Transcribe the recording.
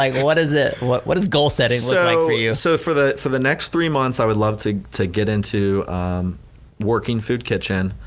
what is it? what what is goal setting look like for you? so for the for the next three months i would love to to get into working food kitchen,